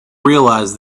realise